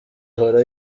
ihora